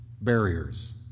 barriers